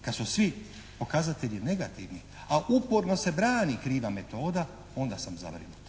kad su svi pokazatelji negativni a uporno se brani kriva metoda, onda sam zabrinut.